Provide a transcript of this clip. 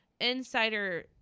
insider